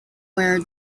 wear